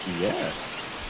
yes